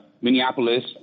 Minneapolis